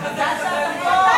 תהיה לך זכות להגיב.